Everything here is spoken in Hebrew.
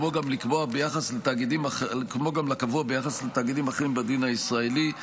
כמו גם לקבוע ביחס לתאגידים אחרים בדין הישראלי.